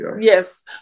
Yes